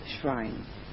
shrine